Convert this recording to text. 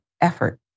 effort